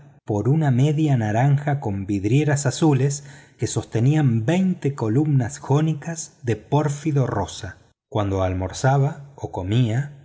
por una media naranja con vidrieras azules que sostenían veinte columnas jónicas de pórfido rosa cuando almorzaba o comía